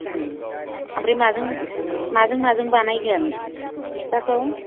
ओमफ्राय माजों माजों माजों बानायगोन फिथाखौ